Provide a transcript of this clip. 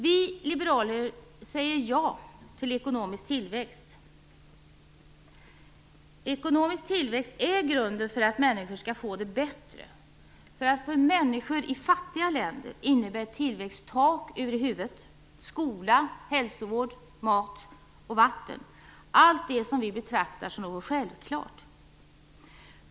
Vi liberaler säger ja till ekonomisk tillväxt. Ekonomisk tillväxt är grunden för att människor skall få det bättre. För människor i fattiga länder innebär tillväxt tak över huvudet, skola, hälsovård, mat och vatten - allt det som vi betraktar som självklart.